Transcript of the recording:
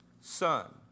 son